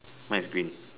mine is green